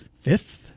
Fifth